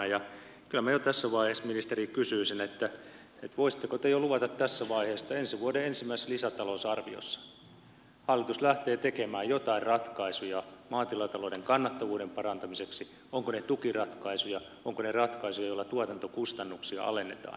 kyllä minä ministeri kysyisin voisitteko te jo luvata tässä vaiheessa että ensi vuoden ensimmäisessä lisätalousarviossa hallitus lähtee tekemään jotain ratkaisuja maatilatalouden kannattavuuden parantamiseksi ovatpa ne tukiratkaisuja ovatpa ne ratkaisuja joilla tuotantokustannuksia alennetaan